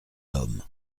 lhomme